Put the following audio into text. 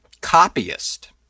copyist